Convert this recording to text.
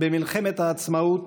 במלחמת העצמאות,